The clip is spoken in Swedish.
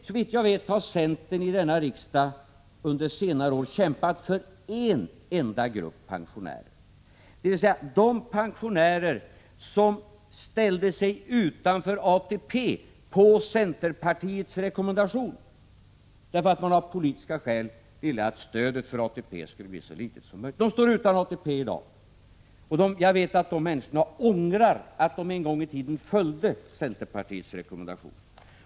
Såvitt jag vet har centern i denna riksdag under senare år kämpat för en enda grupp pensionärer, dvs. de pensionärer som ställde sig utanför ATP på centerpartiets rekommendation därför att man av politiska skäl ville att stödet för ATP skulle bli så litet som möjligt. De står utan ATP i dag, och jag vet att dessa människor ångrar att de en gång i tiden följde centerpartiets rekommendation.